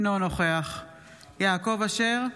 אינו נוכח יעקב אשר,